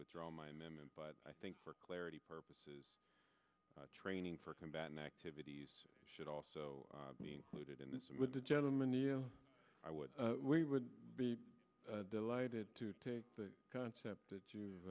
withdraw my m m and but i think for clarity purposes training for combat and activities should also be included in this with the gentleman knew i would we would be delighted to take the concept that you